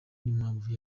n’impamvu